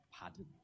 pardon